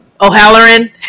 O'Halloran